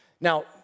Now